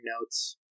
notes